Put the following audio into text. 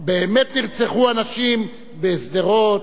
באמת נרצחו אנשים בשדרות.